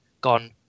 gone